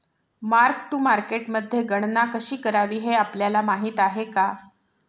Mark to मार्केटमध्ये गणना कशी करावी हे आपल्याला माहित आहे का?